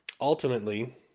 ultimately